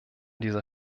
dieser